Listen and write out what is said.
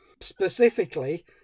Specifically